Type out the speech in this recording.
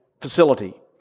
facility